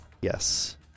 Yes